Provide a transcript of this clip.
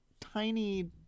tiny